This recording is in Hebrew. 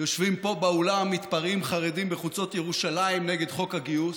יושבים פה באולם מתפרעים חרדים בחוצות ירושלים נגד חוק הגיוס,